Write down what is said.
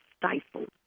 stifled